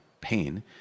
pain